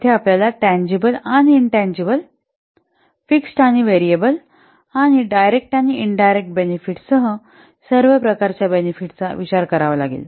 येथे आपल्याला टँजिबल आणि इन टँजिबल फिक्स्ड आणि व्हेरिएबल आणि डायरेक्ट आणि इनडायरेक्ट बेनिफिट सह सर्व प्रकारच्या बेनिफिट चा विचार करावा लागेल